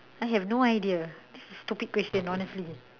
I have no idea this is stupid question honestly